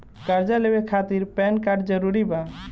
कर्जा लेवे खातिर पैन कार्ड जरूरी बा?